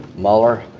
mueller.